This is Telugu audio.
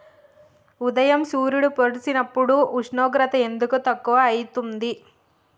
ఉదయం సూర్యుడు పొడిసినప్పుడు ఉష్ణోగ్రత ఎందుకు తక్కువ ఐతుంది?